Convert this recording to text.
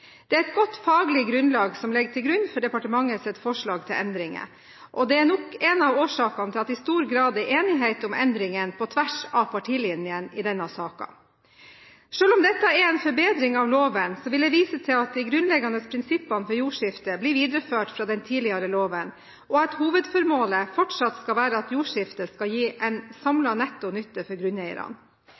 Det er et godt faglig grunnlag for departementets forslag til endringer, og det er nok en av årsakene til at det i stor grad er enighet om endringene på tvers av partilinjene i denne saken. Selv om dette er en forbedring av loven, vil jeg vise til at de grunnleggende prinsippene for jordskifte blir videreført fra den tidligere loven, og at hovedformålet fortsatt skal være at jordskifte skal gi en samlet netto nytte for grunneierne.